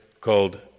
called